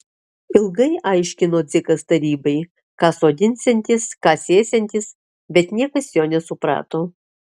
ilgai aiškino dzikas tarybai ką sodinsiantis ką sėsiantis bet niekas jo nesuprato